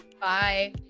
Bye